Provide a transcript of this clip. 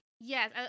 Yes